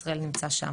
אז עם ישראל נמצא שם.